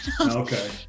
Okay